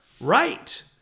right